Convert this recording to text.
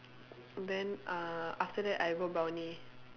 then uh after that I go brownie